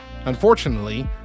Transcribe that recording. Unfortunately